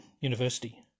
university